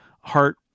heart